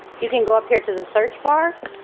you can go up here to the search bar,